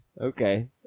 Okay